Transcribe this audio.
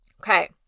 Okay